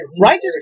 Righteous